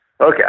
okay